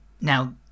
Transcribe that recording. Now